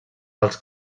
els